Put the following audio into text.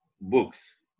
books